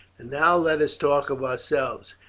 and now let us talk of ourselves.